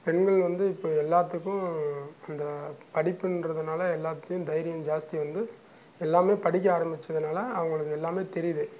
பெண்கள் வந்து இப்போ எல்லாத்துக்கும் அந்த படிப்புகிறதுனால எல்லாத்துக்கும் தைரியம் ஜாஸ்த்தி வந்து எல்லாமே படிக்க ஆரமித்ததுனால அவங்களுக்கு எல்லாமே தெரியுது